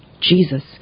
Jesus